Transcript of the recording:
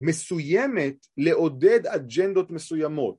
מסוימת לעודד אג'נדות מסוימות